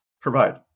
provide